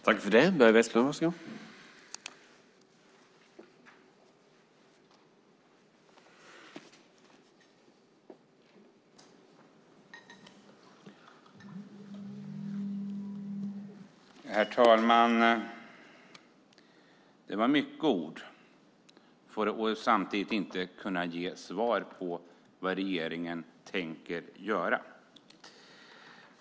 Herr talman! Det var mycket ord samtidigt som inte svar kunde ges på vad regeringen tänker göra.